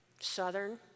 Southern